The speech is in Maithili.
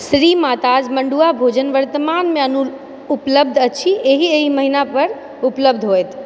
श्रीमाताज मड़ूआ भोजन वर्तमानमे अनुपलब्ध अछि एहि एहि महीना पर उपलब्ध होएत